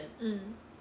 mm